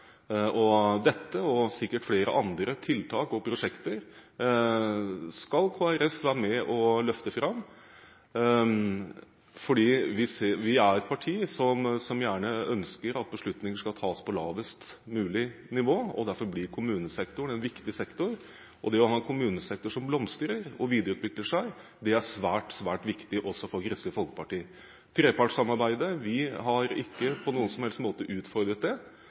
seg. Dette og sikkert flere andre tiltak og prosjekter skal Kristelig Folkeparti være med og løfte fram. Vi er et parti som gjerne ønsker at beslutninger skal tas på lavest mulig nivå. Derfor blir kommunesektoren en viktig sektor. Det å ha en kommunesektor som blomstrer og videreutvikler seg, er svært, svært viktig også for Kristelig Folkeparti. Til trepartssamarbeidet: Vi har ikke på noen som helst måte utfordret det,